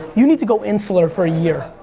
you need to go insular for a year.